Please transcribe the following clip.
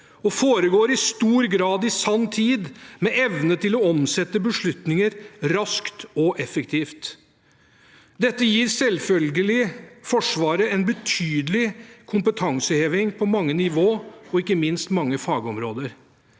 og foregår i stor grad i sanntid, med evne til å omsette beslutninger raskt og effektivt. Dette gir selvfølgelig Forsvaret en betydelig kompetanseheving på mange nivå og ikke minst fagområder.